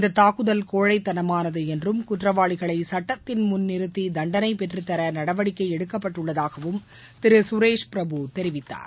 இந்த தாக்குதல் கோழைத்தனமானது என்றும் குற்றவாளிகளை சட்டத்தின் முன் நிறுத்தி தண்டனை பெற்றுத்தர நடவடிக்கை எடுக்கப்பட்டுள்ளதாகவும் திரு சுரேஷ்பிரபு தெரிவித்தார்